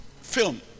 film